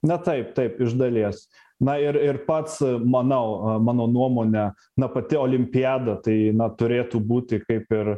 na taip taip iš dalies na ir ir pats manau mano nuomone na pati olimpiada tai na turėtų būti kaip ir